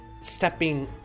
stepping